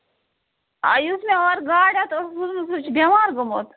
آ یُس مےٚ اور گاڈٕ ہٮ۪تھ سوٗزمُت سُہ چھُ بٮ۪مار گوٚمُت